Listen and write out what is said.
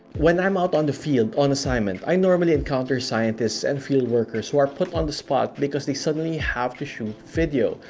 when i'm out on the field, on assignment, i normally encounter scientists, and field workers, who are put on the spot, because they suddenly have to shoot video.